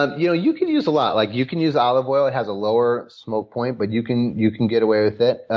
ah yeah you can use a lot. like you can use olive oil. it has a lower smoke point, but you can you can get away with it.